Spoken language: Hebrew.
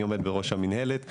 אני עומד בראש המנהלת,